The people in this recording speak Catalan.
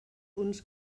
uns